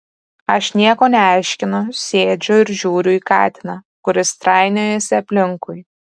aš nieko neaiškinu sėdžiu ir žiūriu į katiną kuris trainiojasi aplinkui